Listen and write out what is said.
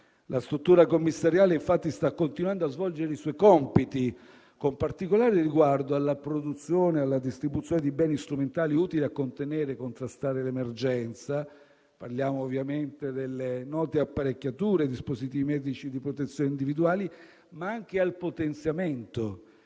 La struttura commissariale, infatti, sta continuando a svolgere i suoi compiti, con particolare riguardo alla produzione e alla distribuzione di beni strumentali utili a contenere e a contrastare l'emergenza - parliamo ovviamente delle note apparecchiature e dei dispositivi medici di protezione individuale - ma anche al potenziamento